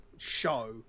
show